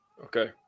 Okay